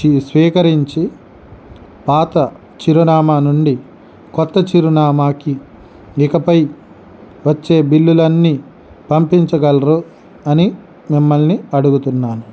చూస్ స్వీకరించి పాత చిరునామా నుండి కొత్త చిరునామాకి ఇకపై వచ్చే బిల్లులన్నీ పంపిచగలరు అని మిమ్మల్ని అడుగుతున్నాను